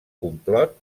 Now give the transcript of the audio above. complot